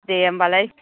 दे होमबालाय